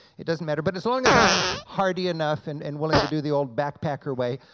it doesn't matter. but as long as i'm hardy enough and and willing to do the old backpacker way,